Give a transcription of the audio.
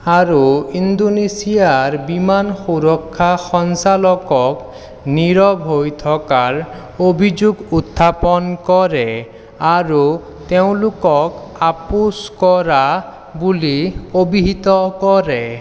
আৰু ইণ্ডোনেছিয়াৰ বিমান সুৰক্ষা সঞ্চালকক 'নীৰৱ হৈ থকাৰ' অভিযোগ উত্থাপন কৰে আৰু তেওঁলোকক 'আপোচ কৰা' বুলি অভিহিত কৰে